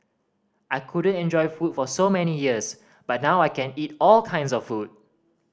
I couldn't enjoy food for so many years but now I can eat all kinds of food